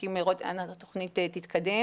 מחכים לראות אנה התוכנית תתקדם.